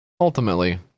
ultimately